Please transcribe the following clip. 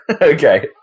Okay